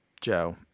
Joe